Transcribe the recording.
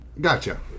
Gotcha